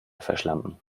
verschlampen